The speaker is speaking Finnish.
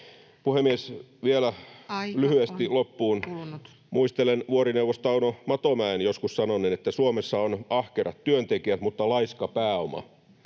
[Puhemies: Aika on kulunut!] Muistelen vuorineuvos Tauno Matomäen joskus sanoneen, että Suomessa on ahkerat työntekijät mutta laiska pääoma.